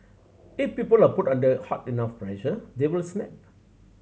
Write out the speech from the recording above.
if people are put under hard enough pressure they will snap